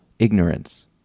Ignorance